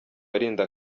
arinda